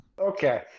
okay